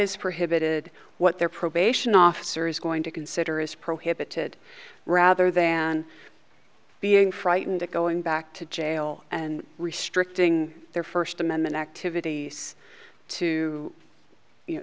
is prohibited what their probation officer is going to consider is prohibited rather than being frightened of going back to jail and restricting their first amendment activities to